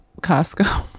costco